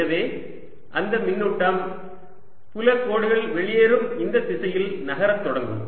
எனவே அந்த மின்னூட்டம் புல கோடுகள் வெளியேறும் இந்த திசையில் நகர தொடங்கும்